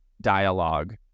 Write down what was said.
dialogue